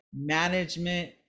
management